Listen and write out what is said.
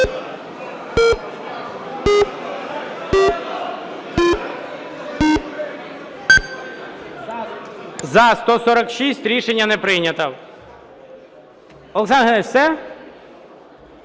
За-73 Рішення не прийнято.